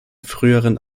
früheren